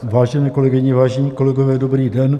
Vážené kolegyně, vážení kolegové, dobrý den.